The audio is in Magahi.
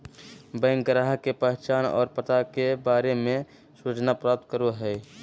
बैंक ग्राहक के पहचान और पता के बारे में सूचना प्राप्त करो हइ